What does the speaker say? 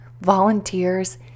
volunteers